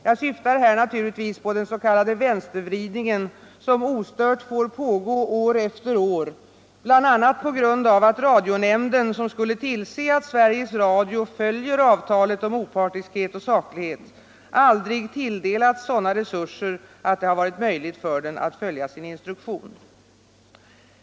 Jag syftar här naturligtvis på den s.k. vänstervridningen, som ostört får pågå år efter år bl.a. på grund av att radionämnden, som skulle tillse att Sveriges Radio följer avtalet om opartiskhet och saklighet, aldrig tilldelats sådana resurser att det varit möjligt för den att följa sin instruktion.